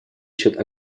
счет